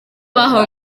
bahawe